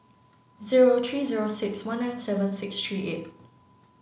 zero three zero six one nine seven six three eight